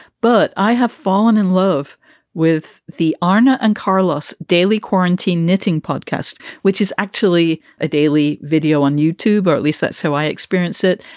but i have fallen in love with the ana and carlos daily quarantine knitting podcast, which is actually a daily video on youtube. or at least that's how i experience it.